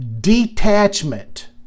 detachment